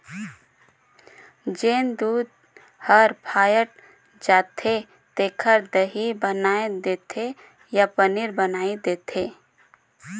जेन दूद हर फ़ायट जाथे तेखर दही बनाय देथे या पनीर बनाय देथे